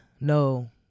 No